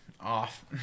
off